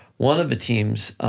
one of the teams,